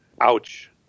Ouch